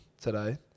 Today